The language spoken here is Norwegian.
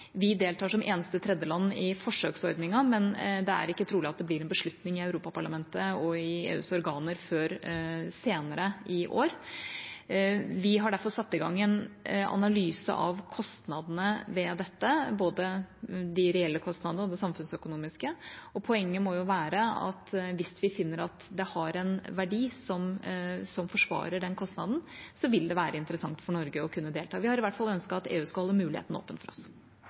Vi deltar som eneste tredjeland i forsøksordningen, men det er ikke trolig at det blir tatt en beslutning i Europaparlamentet og EUs organer før senere i år. Vi har derfor satt i gang en analyse av kostnadene ved dette, både de reelle og de samfunnsøkonomiske. Poenget må jo være at hvis vi finner at det har en verdi som forsvarer kostnaden, vil det være interessant for Norge å kunne delta. Vi har i hvert fall ønsket at EU skal holde muligheten åpen for oss.